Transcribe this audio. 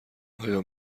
آیا